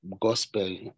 gospel